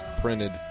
printed